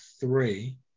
three